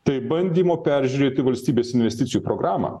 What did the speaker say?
tai bandymo peržiūrėti valstybės investicijų programą